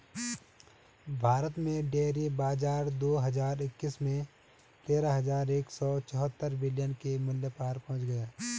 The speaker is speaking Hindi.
भारत में डेयरी बाजार दो हज़ार इक्कीस में तेरह हज़ार एक सौ चौहत्तर बिलियन के मूल्य पर पहुंच गया